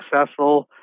successful